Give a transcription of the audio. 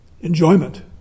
enjoyment